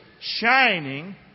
Shining